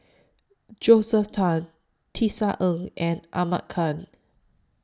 Josephine Teo Tisa Ng and Ahmad Khan